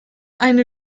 eine